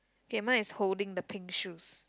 okay mine is holding the pink shoes